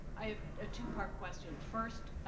i have a two-part question. first,